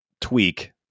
tweak